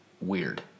weird